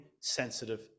sensitive